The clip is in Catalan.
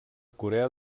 corea